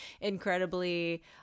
incredibly